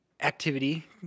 activity